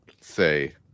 say